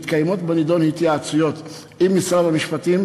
מתקיימות בנדון התייעצויות עם משרד המשפטים,